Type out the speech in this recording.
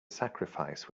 sacrifice